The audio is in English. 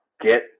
Get